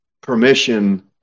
permission